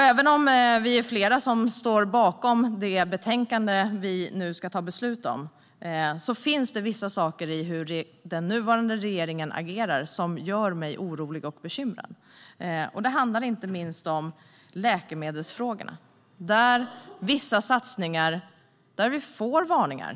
Även om vi är flera som står bakom det betänkande som vi nu ska ta beslut om finns det vissa saker i hur den nuvarande regeringen agerar som gör mig orolig och bekymrad. Det handlar inte minst om läkemedelsfrågan. För vissa satsningar får vi varningar.